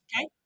Okay